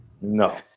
No